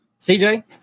CJ